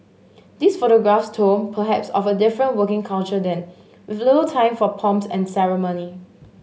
these photographs told perhaps of a different working culture then with little time for pomps and ceremony